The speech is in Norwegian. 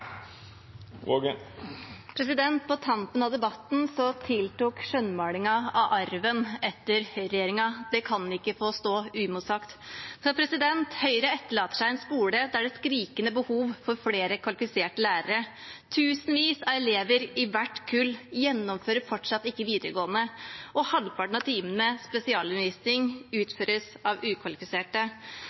På tampen av debatten tiltok skjønnmalingen av arven etter høyreregjeringen. Det kan ikke få stå uimotsagt. Høyre etterlater seg en skole der det er et skrikende behov for flere kvalifiserte lærere, tusenvis av elever i hvert kull gjennomfører fortsatt ikke videregående skole, og halvparten av timene med spesialundervisning utføres av ukvalifiserte.